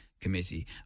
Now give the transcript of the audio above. Committee